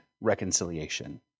reconciliation